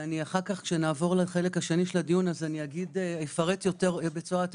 בחלק השני של הדיון אפרט בצורה יותר